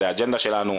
זה האג'נדה שלנו.